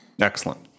Excellent